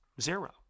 Zero